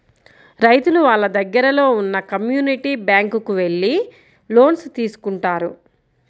రైతులు వాళ్ళ దగ్గరలో ఉన్న కమ్యూనిటీ బ్యాంక్ కు వెళ్లి లోన్స్ తీసుకుంటారు